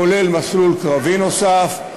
כולל מסלול קרבי נוסף,